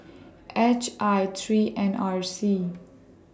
H I three N R C